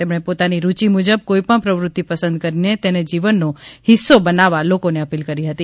તેમણે પોતાની રૂચિ મુજબ કોઇપણ પ્રવૃત્તિ પસંદ કરીને તેને જીવનનો ફિસ્સો બનાવવા લોકોને અપીલ કરી હતી